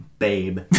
Babe